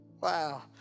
Wow